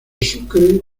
sucre